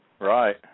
Right